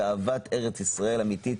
באהבת ארץ ישראל אמיתית.